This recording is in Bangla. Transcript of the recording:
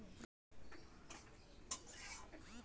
কমার্শিয়াল ব্যাঙ্কিং পরিষেবাগুলি সাধারণ মানুষের জন্য বেশ উপকারী